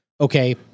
okay